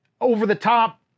over-the-top